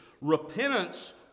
repentance